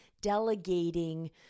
delegating